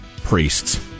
priests